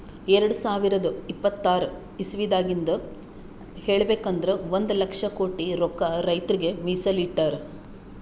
ಎರಡ ಸಾವಿರದ್ ಇಪ್ಪತರ್ ಇಸವಿದಾಗಿಂದ್ ಹೇಳ್ಬೇಕ್ ಅಂದ್ರ ಒಂದ್ ಲಕ್ಷ ಕೋಟಿ ರೊಕ್ಕಾ ರೈತರಿಗ್ ಮೀಸಲ್ ಇಟ್ಟಿರ್